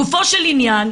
גופו של עניין,